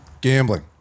Gambling